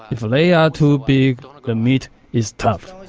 if they are too big the meat is tough.